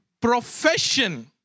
profession